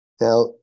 Now